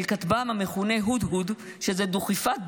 כטב"ם המכונה "הודהוד" שזה דוכיפת בעברית,